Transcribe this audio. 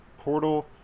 portal